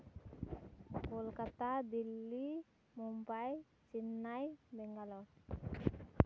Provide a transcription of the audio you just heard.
Kolkata Delhi Mumbai Chennai Bangalore